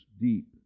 deep